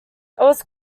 was